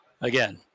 again